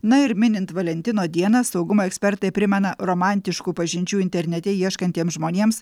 na ir minint valentino dieną saugumo ekspertai primena romantiškų pažinčių internete ieškantiem žmonėms